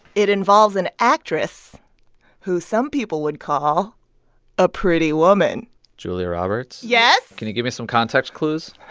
it involves an actress who some people would call a pretty woman julia roberts? yes can you give me some context clues?